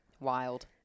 Wild